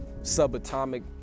subatomic